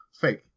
fake